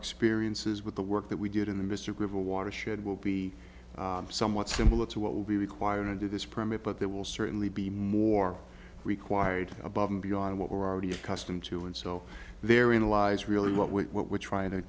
experiences with the work that we did in the mr gravel watershed will be somewhat similar to what will be required to do this permit but there will certainly be more required above and beyond what we're already accustomed to and so there in lies really what we're what we're trying to